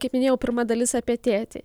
kaip minėjau pirma dalis apie tėtį